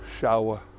shower